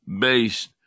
based